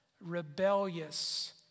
rebellious